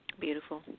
Beautiful